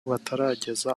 batarageza